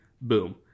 boom